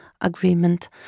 agreement